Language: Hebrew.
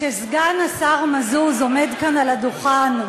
כשסגן השר מזוז עומד כאן על הדוכן,